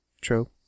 True